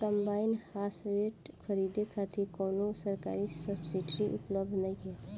Combine harvester खरीदे खातिर कउनो सरकारी सब्सीडी उपलब्ध नइखे?